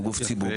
הוא גוף ציבורי,